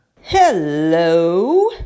Hello